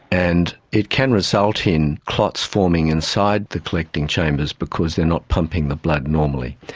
and it can result in clots forming inside the collecting chambers because they are not pumping the blood normally.